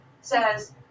says